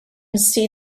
see